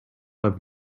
have